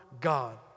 God